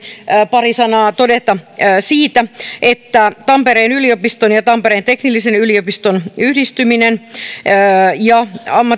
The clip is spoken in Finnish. pari sanaa todeta siitä että tampereen yliopiston tampereen teknillisen yliopiston ja